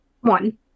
One